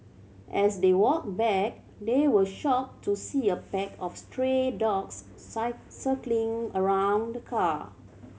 as they walked back they were shocked to see a pack of stray dogs site circling around the car